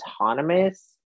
autonomous